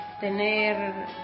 tener